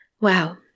Wow